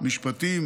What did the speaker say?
משפטים,